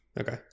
Okay